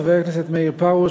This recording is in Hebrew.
חבר הכנסת מאיר פרוש,